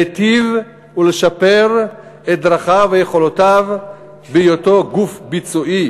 להיטיב ולשפר את דרכיו ויכולותיו בהיותו גוף ביצועי.